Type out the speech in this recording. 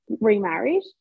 remarried